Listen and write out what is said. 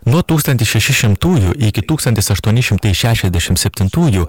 nuo tūkstantis šeši šimtųjų iki tūkstantis aštuoni šimtai šešiasdešim septintųjų